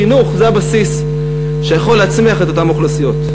חינוך זה הבסיס שיכול להצמיח את אותן אוכלוסיות.